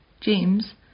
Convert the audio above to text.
James